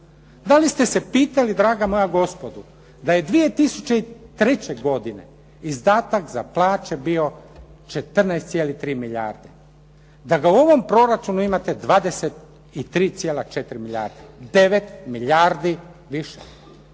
Da li ste se pitali draga moja gospodo da je 2003. godine izdatak za plaće bio 14,3 milijardi, da ga u ovom proračunu imate 23,4 milijarde. 9 milijardi više.